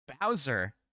Bowser